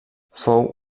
fou